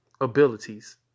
abilities